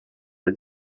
les